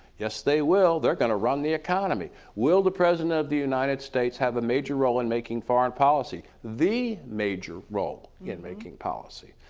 yes they will, they're going to run the economy will the president of the united states have a major role in making foreign policy, the major role in making policy.